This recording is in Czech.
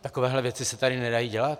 Takovéhle věci se tady nedají dělat.